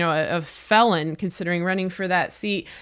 so ah a felon, considering running for that seat.